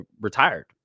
retired